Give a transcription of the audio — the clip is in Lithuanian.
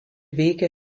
veikė